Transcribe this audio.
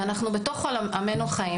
ואנו בתוך עמנו חיים.